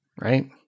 right